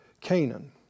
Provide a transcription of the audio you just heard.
Canaan